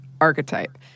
archetype